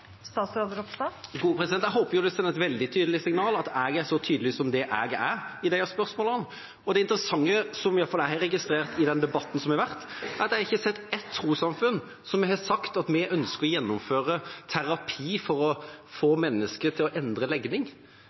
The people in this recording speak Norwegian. Jeg håper jo det sender et veldig tydelig signal at jeg er så tydelig som jeg er i disse spørsmålene. Det interessante, som i hvert fall jeg har registrert i den debatten som har vært, er at jeg ikke har sett ett trossamfunn som har sagt at de ønsker å gjennomføre terapi for å få mennesker til å endre legning.